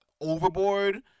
overboard